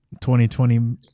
2020